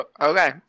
okay